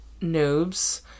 Noobs